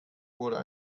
oder